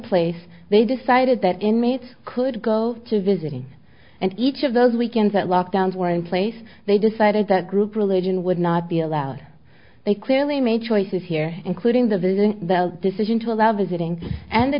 place they decided that inmates could go to visiting and each of those weekends at lock downs were in place they decided that group religion would not be allowed they clearly made choices here including the villain the decision to allow visiting and the